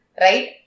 Right